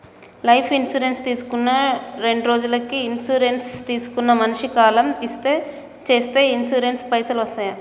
Life insurance తీసుకున్న రెండ్రోజులకి insurance తీసుకున్న మనిషి కాలం చేస్తే ఇన్సూరెన్స్ పైసల్ వస్తయా?